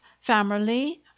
family